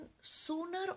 sooner